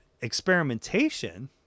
experimentation